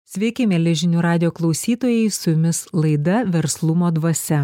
sveiki mieli žinių radijo klausytojai su jumis laida verslumo dvasia